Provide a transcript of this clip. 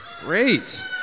Great